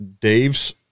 dave's